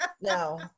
No